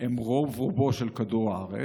הם רוב-רובו של כדור הארץ,